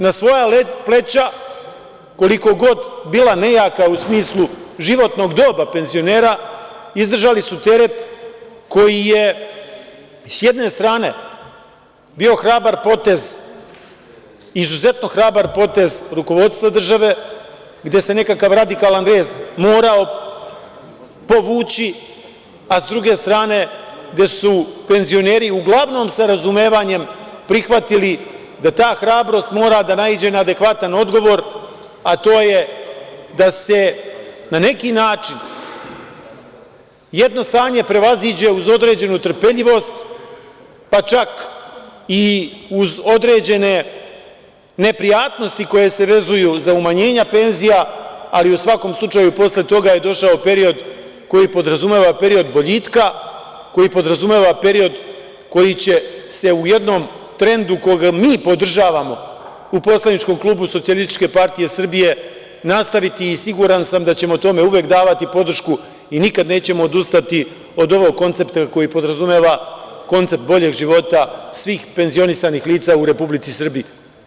Na svoja pleća, koliko god bila nejaka u smislu životnog doba penzionera, izdržali su teret koji je, s jedne strane, bio hrabar potez, izuzetno hrabar potez rukovodstva države, gde se nekakav radikalan rez morao povući, a s druge strane gde su penzioneri, uglavnom sa razumevanjem, prihvatili da ta hrabrost mora da naiđe na adekvatan odgovor, a to je da se na neki način jedno stanje prevaziđe uz određenu trpeljivost, pa čak i uz određene neprijatnosti koje se vezuju za umanjenja penzija, ali u svakom slučaju posle toga je došao period koji podrazumeva period boljitka, koji podrazumeva period koji će se u jednom trendu, koga mi podržavamo u poslaničkom klubu SPS, nastaviti i siguran sam da ćemo tome uvek davati podršku i nikada nećemo odustati od ovog koncepta koji podrazumeva koncept boljeg života svih penzionisanih lica u Republici Srbiji.